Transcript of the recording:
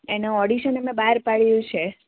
એનું ઓડીશન અમે બહાર પાડ્યું છે